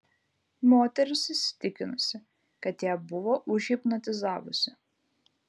moteris įsitikinusi kad ją buvo užhipnotizavusi